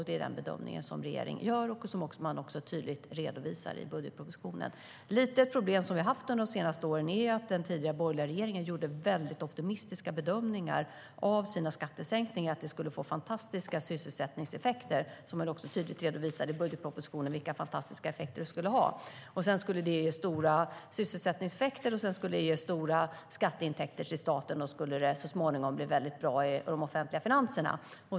Det är den bedömning som regeringen gör och som vi också tydligt redovisar i budgetpropositionen. Ett litet problem som vi har haft under de senaste åren är att den tidigare borgerliga regeringen gjorde mycket optimistiska bedömningar av sina skattesänkningar, att de skulle få fantastiska sysselsättningseffekter, som de också tydligt redovisade i budgetpropositionen. Det skulle ge stora sysselsättningseffekter, det skulle bli stora skatteintäkter till staten och så småningom skulle det bli väldigt bra i de offentliga finanserna.